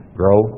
grow